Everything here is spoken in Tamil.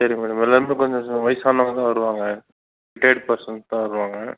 சரி மேடம் எல்லாருமே கொஞ்சம் வயசானவங்கதான் வருவாங்க ரிட்டையர்டு பர்சன்ஸ் தான் வருவாங்க